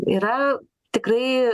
yra tikrai